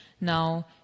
Now